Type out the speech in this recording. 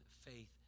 faith